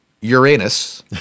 Uranus—